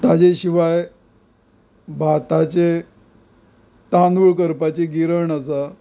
ताचे शिवाय भाताचे तांदूळ करपाची गिरण आसा